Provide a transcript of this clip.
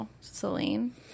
Celine